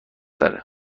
تره